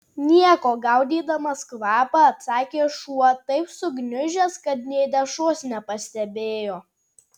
nieko gaudydamas kvapą atsakė šuo taip sugniužęs kad nė dešros nepastebėjo